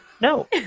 No